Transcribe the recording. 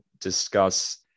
discuss